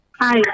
Hi